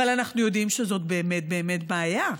אבל אנחנו יודעים שזאת באמת באמת בעיה,